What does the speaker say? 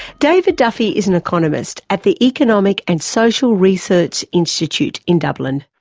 david duffy is an economist at the economic and social research institute in dublin.